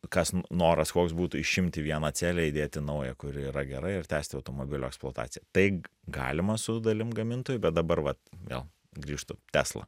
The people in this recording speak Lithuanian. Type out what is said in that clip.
kas noras koks būtų išimti vieną celę įdėti naują kuri yra gera ir tęsti automobilio eksploataciją tai galima su dalim gamintojų bet dabar vat vėl grįžtu tesla